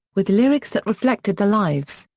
with lyrics that reflected the lives,